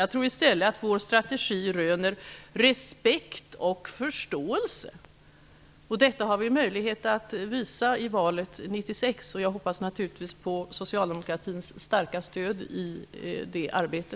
Jag tror att vår strategi röner respekt och förståelse. Detta har vi möjlighet att visa i valet 1996. Jag hoppas naturligtvis på socialdemokratins starka stöd i det arbetet.